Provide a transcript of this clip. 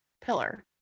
pillar